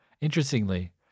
Interestingly